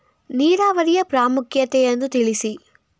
ನೀರಾವರಿಯ ಪ್ರಾಮುಖ್ಯತೆ ಯನ್ನು ತಿಳಿಸಿ?